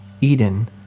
Eden